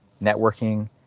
networking